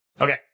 Okay